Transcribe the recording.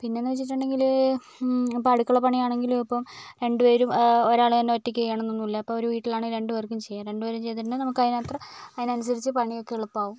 പിന്നെന്ന് വെച്ചിട്ടുണ്ടെങ്കിൽ ഇപ്പോൾ അടുക്കള പണിയാണെങ്കിലും ഇപ്പം രണ്ടുപേരും ഒരാൾ തന്നെ ഒറ്റക്ക് ചെയ്യണന്നൊന്നും ഇല്ല ഇപ്പോൾ ഒരു വീട്ടിലാണെൽ രണ്ടുപേർക്കും ചെയ്യാം രണ്ടുപേരും ചെയ്തിട്ടുണ്ടെങ്കിൽ നമുക്ക് അതിനത്ര അതിനനുസരിച്ച് പണിയൊക്കെ എളുപ്പമാവും